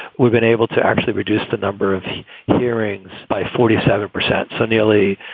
we've been able to actually reduce the number of hearings by forty seven percent. so nearly